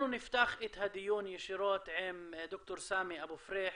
אנחנו נפתח את הדיון ישירות עם ד"ר סאמי אבו פריח,